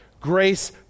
Grace